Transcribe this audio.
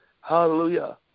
Hallelujah